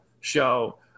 show